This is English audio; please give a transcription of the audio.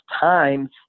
times